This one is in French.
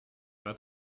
pas